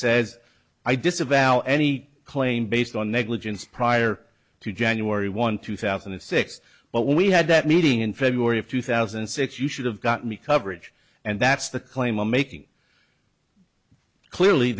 says i disavow any claim based on negligence prior to january one two thousand and six but when we had that meeting in february of two thousand and six you should have gotten the coverage and that's the claim i'm making clearly